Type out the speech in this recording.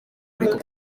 ariko